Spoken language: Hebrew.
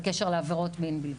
בקשר לעבירות מין בלבד.